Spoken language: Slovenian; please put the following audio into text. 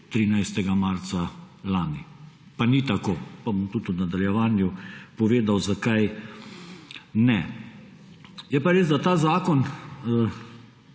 13. marca lani. Pa ni tako in bom tudi v nadaljevanju povedal, zakaj ne. Je pa res, da ta zakon